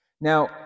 Now